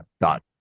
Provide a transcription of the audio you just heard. Dot